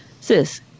Sis